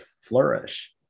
flourish